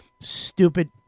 stupid